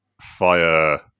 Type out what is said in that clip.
fire